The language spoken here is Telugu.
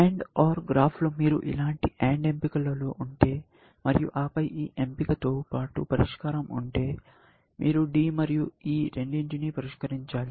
AND OR గ్రాఫ్లో మీరు ఇలాంటి AND ఎంపికలో ఉంటే మరియు ఆ పై ఈ ఎంపికతో పాటు పరిష్కారం ఉంటే మీరు D మరియు E రెండింటినీ పరిష్కరించాలి